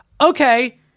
Okay